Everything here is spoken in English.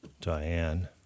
Diane